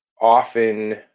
often